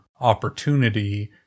opportunity